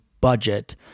budget